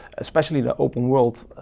especially the open world,